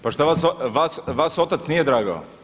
Pa šta vas otac nije dragao?